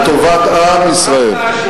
לטובת עם ישראל.